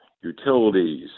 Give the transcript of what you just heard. utilities